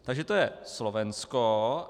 Takže to je Slovensko.